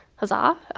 huzzah,